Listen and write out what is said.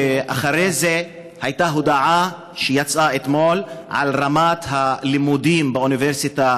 ואחרי זה יצאה אתמול הודעה על רמת הלימודים באוניברסיטה